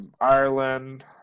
Ireland